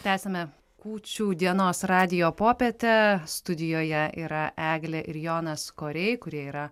tęsiame kūčių dienos radijo popietę studijoje yra eglė ir jonas koriai kurie yra